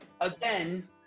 again